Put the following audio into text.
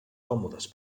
còmodes